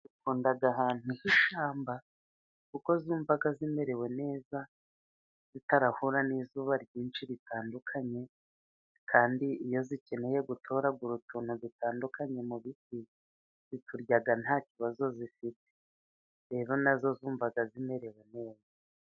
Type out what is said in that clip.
Zikunda ahantu h'ishyamba ,kuko zumva zimerewe neza, zitarahura n'izuba ryinshi ritandukanye, kandi iyo zikeneye gutoragura utuntu dutandukanye mu biti ,ziturya ntakibazo zifite ,rero na zo zumva zimerewe neza.